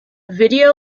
video